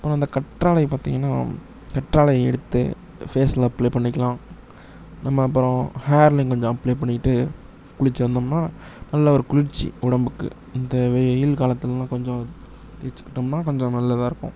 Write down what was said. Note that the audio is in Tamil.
அப்புறம் இந்த கற்றாழை பார்த்தீங்கன்னா கற்றாழை எடுத்து ஃபேஸில் அப்ளே பண்ணிக்கலாம் நம்ம அப்புறோம் ஹேர்லையும் கொஞ்சம் அப்ளே பண்ணிக்கிட்டு குளிச்சு வந்தோம்னா நல்ல ஒரு குளிர்ச்சி உடம்புக்கு இந்த வெயில் காலத்திலலாம் கொஞ்சம் தேய்ச்சிக்கிட்டம்னா கொஞ்சம் நல்லதாக இருக்கும்